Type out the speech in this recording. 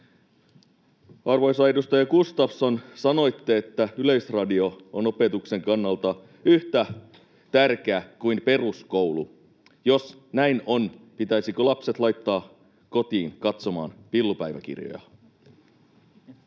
Arvoisa edustaja Gustafsson, sanoitte, että Yleisradio on opetuksen kannalta yhtä tärkeä kuin peruskoulu. Jos näin on, pitäisikö lapset laittaa kotiin katsomaan Pillupäiväkirjoja?